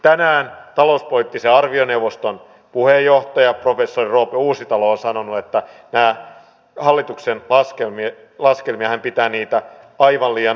tänään talouspolitiikan arviointineuvoston puheenjohtaja professori roope uusitalo on sanonut että pitää näitä hallituksen laskelmia aivan liian optimistisina